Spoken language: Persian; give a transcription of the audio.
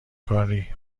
کاری